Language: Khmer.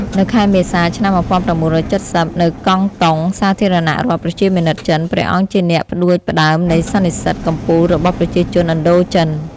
នៅខែមេសា ឆ្នាំ១៩៧០ នៅកង់តុង សាធារណរដ្ឋប្រជាមានិតចិន ព្រះអង្គជាអ្នកផ្តួច ផ្តើមនៃសន្និសីទកំពូលរបស់ប្រជាជនឥណ្ឌូចិន។